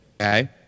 Okay